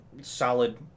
solid